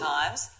times